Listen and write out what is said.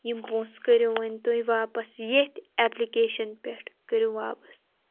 یِم پونٛسہٕ کٔرِو وۄنۍ تُہۍ وَاپَس ییٚتھۍ ایٚپلِکیشَن پؠٹھ کٔرِو واپَس